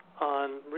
on